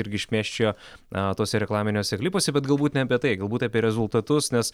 irgi šmėsčiojo aa tuose reklaminiuose klipuose bet galbūt ne apie tai galbūt apie rezultatus nes